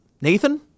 Nathan